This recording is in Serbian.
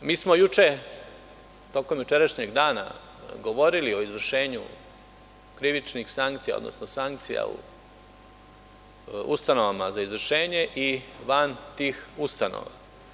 S druge strane, mi smo tokom jučerašnjeg dana govorili o izvršenju krivičnih sankcija, odnosno sankcija u ustanovama za izvršenje i van tih ustanova.